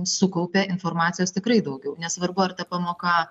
sukaupia informacijos tikrai daugiau nesvarbu ar ta pamoka